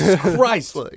Christ